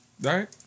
right